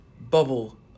bubble